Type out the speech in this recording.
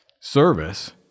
service